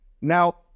Now